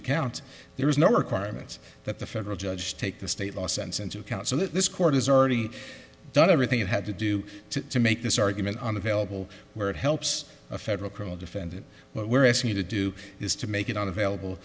account there is no requirement that the federal judge take the state law sense into account so that this court has already done everything it had to do to make this argument unavailable where it helps a federal criminal defendant what we're asking you to do is to make it unavailable